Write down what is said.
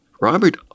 Robert